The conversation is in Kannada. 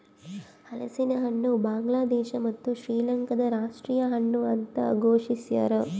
ಹಲಸಿನಹಣ್ಣು ಬಾಂಗ್ಲಾದೇಶ ಮತ್ತು ಶ್ರೀಲಂಕಾದ ರಾಷ್ಟೀಯ ಹಣ್ಣು ಅಂತ ಘೋಷಿಸ್ಯಾರ